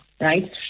Right